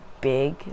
big